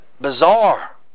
bizarre